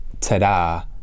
ta-da